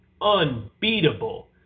unbeatable